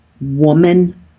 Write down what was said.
woman